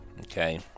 okay